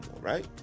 right